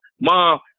Mom